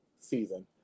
season